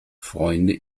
freunde